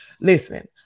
Listen